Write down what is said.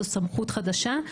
זו סמכות חדשה,